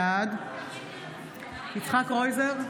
בעד יצחק קרויזר,